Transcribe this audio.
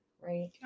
right